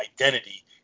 identity